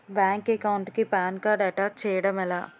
Bank account కి PAN card attach చేయడం ఎలా?